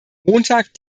montag